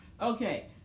Okay